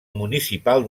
municipal